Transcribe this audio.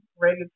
ready